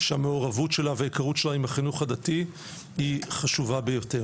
שהמעורבות שלה וההיכרות שלה עם החינוך הדתי היא חשובה ביותר,